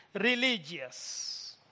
religious